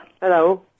Hello